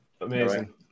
amazing